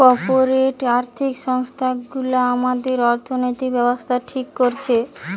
corporate আর্থিক সংস্থা গুলা আমাদের অর্থনৈতিক ব্যাবস্থা ঠিক করতেছে